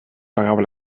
pagava